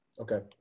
okay